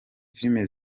filime